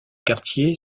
quartier